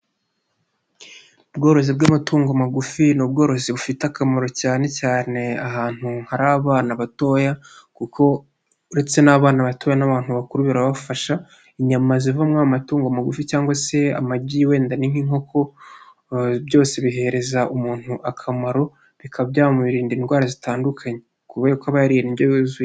Ubworozi bw'amatungo magufi ni ubworozi bufite akamaro cyane cyane ahantu hari abana batoya kuko uretse n'abana batoya n'abantu bakuru barabafasha inyama ziva muri ayo matungo magufi cyangwa se amagi wenda ni nk'inkoko byose bihereza umuntu akamaro bikaba byamurinda indwara zitandukanye kubera ko aba yariye indyo yuzuye.